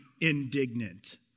indignant